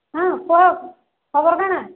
ହଁ କୁହ ଖବର କ'ଣ